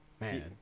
man